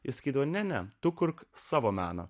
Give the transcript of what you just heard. išskydo ne ne tu kurk savo meną